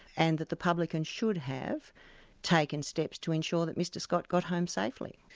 and that the publican should have taken steps to ensure that mr scott got home safely.